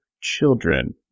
children